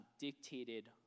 dictated